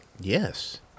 Yes